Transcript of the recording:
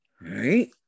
Right